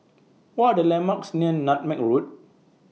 What Are The landmarks near Nutmeg Road